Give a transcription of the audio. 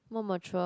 more mature